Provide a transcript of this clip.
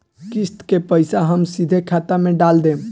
किस्त के पईसा हम सीधे खाता में डाल देम?